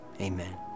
amen